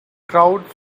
crowd